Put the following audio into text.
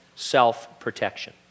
self-protection